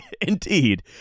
Indeed